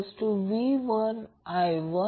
ही गोष्ट शोधावी लागेल